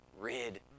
rid